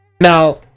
now